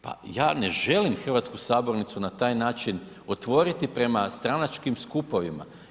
Pa ja ne želim hrvatsku sabornicu na taj način otvoriti prema stranačkim skupovima.